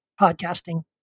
podcasting